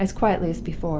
as quietly as before.